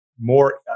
more